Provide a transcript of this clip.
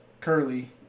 Curly